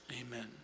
amen